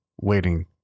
waiting